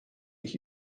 ich